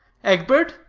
egbert,